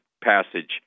passage